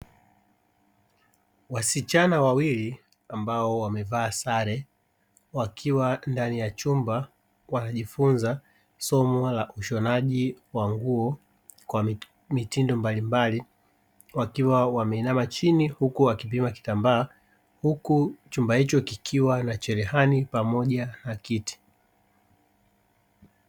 Wasichana wawili ambao wamevaa sare wakiwa ndani ya chumba, wanajifunza somo la ushonaji wa nguo kwa mitindo mbalimbali, wakiwa wameinama chini huku wakipima kitambaa, huku chumba hicho kikiwa na cherehani pamoja na kiti.